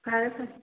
ꯐꯔꯦ ꯐꯔꯦ